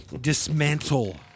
Dismantle